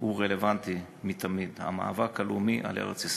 הוא רלוונטי מתמיד, המאבק הלאומי על ארץ-ישראל.